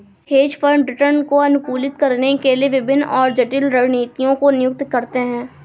hedge fund return को अनुकूलित करने के लिए विभिन्न और जटिल रणनीतियों को नियुक्त करते हैं